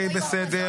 חיילים ביקשו ציציות,